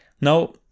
Now